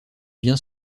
bien